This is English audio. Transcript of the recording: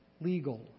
legal